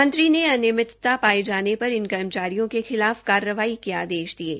मंत्री ने अनियमितता पाये जाने पर इन कर्मचारियों के खिलाफ कार्रवाई के आदेश दिये